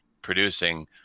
Producing